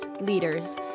leaders